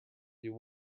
you